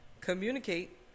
communicate